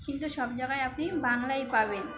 কিন্তু সব জায়গায় আপনি বাংলাই পাবেন